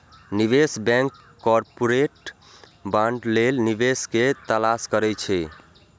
निवेश bank corporate bond लेल निवेशक के तलाश करै छै